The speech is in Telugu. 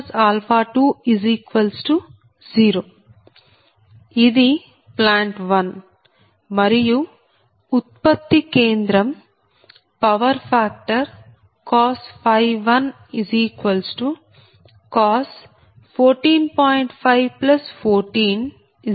ఇది ప్లాంట్ 1 మరియు ఉత్పత్తి కేంద్రం పవర్ ఫ్యాక్టర్ 1 14